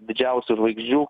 didžiausių žvaigždžių